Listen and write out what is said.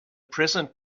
present